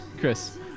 Chris